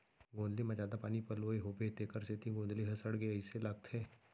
गोंदली म जादा पानी पलोए होबो तेकर सेती गोंदली ह सड़गे अइसे लगथे